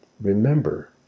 Remember